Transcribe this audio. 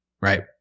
right